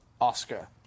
Oscar